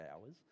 hours